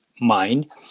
mind